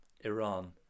Iran